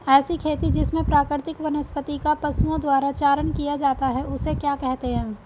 ऐसी खेती जिसमें प्राकृतिक वनस्पति का पशुओं द्वारा चारण किया जाता है उसे क्या कहते हैं?